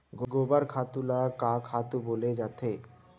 गोबर खातु ल का खातु बोले जाथे?